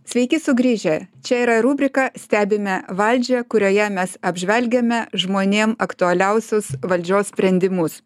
sveiki sugrįžę čia yra rubrika stebime valdžią kurioje mes apžvelgiame žmonėm aktualiausius valdžios sprendimus